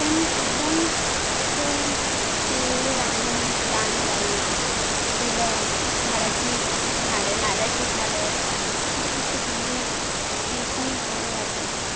पण एकदम असं ते रान रानराई फुलं झाडाची झाडं नारळाची झाडं किती भारी एकदम भारी वाटायचं